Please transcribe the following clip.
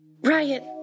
Riot